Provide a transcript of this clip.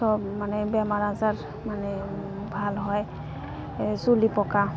চব মানে বেমাৰ আজাৰ মানে ভাল হয় চুলি পকা